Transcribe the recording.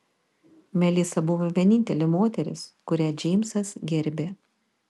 melisa buvo vienintelė moteris kurią džeimsas gerbė